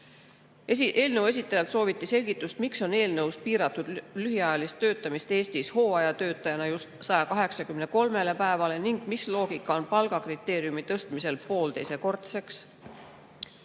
Eelnõu esitajalt sooviti selgitust, miks on eelnõus piiratud lühiajaline töötamine Eestis hooajatöötajana just 183 päevaga ning mis loogika on palgakriteeriumi tõstmisel poolteisekordseks.